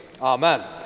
Amen